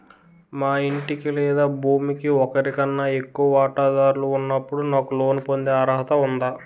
మా ఇంటికి లేదా భూమికి ఒకరికన్నా ఎక్కువ వాటాదారులు ఉన్నప్పుడు నాకు లోన్ పొందే అర్హత ఉందా?